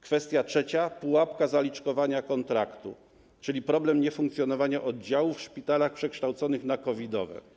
Kwestia trzecia, pułapka zaliczkowania kontraktu, czyli problem niefunkcjonowania oddziałów w szpitalach przekształconych na COVID-owe.